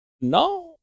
No